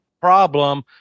problem